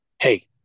Hey